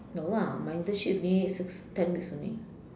no lah my internship is only six ten weeks only